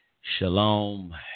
shalom